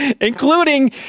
Including